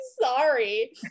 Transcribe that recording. sorry